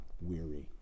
weary